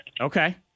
Okay